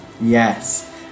Yes